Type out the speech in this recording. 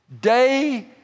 day